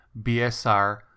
BSR